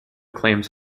claims